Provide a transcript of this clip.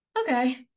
Okay